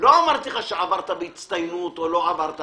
לא אמרתי לך אם עברת בהצטיינות או לא עברת,